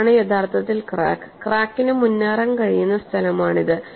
ഇതാണ് യഥാർത്ഥത്തിൽ ക്രാക്ക് ക്രാക്കിന് മുന്നേറാൻ കഴിയുന്ന സ്ഥലമാണിത്